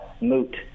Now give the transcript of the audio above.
moot